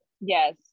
yes